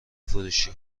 فروشی